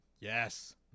Yes